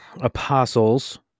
apostles